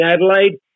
Adelaide